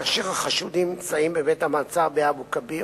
כאשר החשודים נמצאים בבית המעצר באבו-כביר,